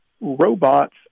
robots